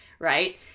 right